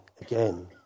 again